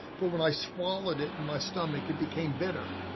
but when i swallowed it, in my stomach, it became bitter.